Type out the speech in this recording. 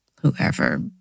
whoever